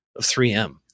3M